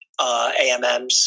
AMMs